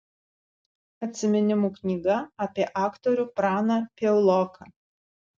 atsiminimų knyga apie aktorių praną piauloką